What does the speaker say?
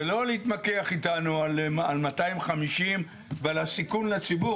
ולא להתמקח איתנו על 250 ועל הסיכון לציבור.